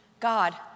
God